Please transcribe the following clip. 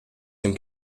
dem